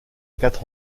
quatre